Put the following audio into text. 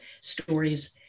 stories